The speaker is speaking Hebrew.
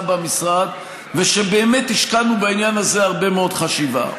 במשרד ושבאמת השקענו בעניין הזה הרבה מאוד חשיבה.